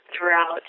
throughout